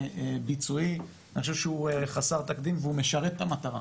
ביצועי - אני חושב שהוא חסר תקדים והוא משרת את המטרה,